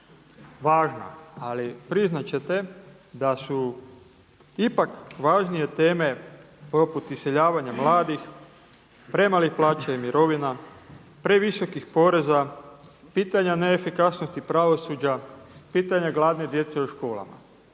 važna ali priznati ćete da su ipak važnije teme poput iseljavanja mladih, premalih plaća i mirovina, previsokih poreza, pitanja neefikasnosti pravosuđa, pitanja gladne djece u školama.